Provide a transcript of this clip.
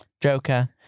Joker